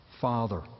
Father